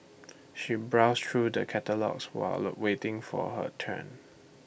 she browsed through the catalogues while low waiting for her turn